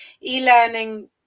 e-learning